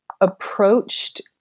approached